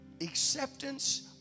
acceptance